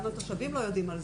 גם התושבים לא יודעים על זה.